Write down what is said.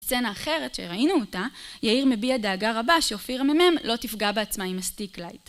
בסצנה האחרת שראינו אותה, יאיר מביע דאגה רבה, שאופיר המ"מ לא תפגע בעצמה עם הסטיקלייט.